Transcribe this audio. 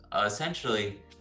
essentially